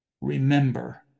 remember